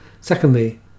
Secondly